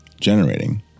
generating